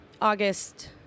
August